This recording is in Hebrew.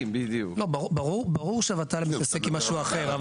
ברור שהות"ל מתעסק עם משהו אחר.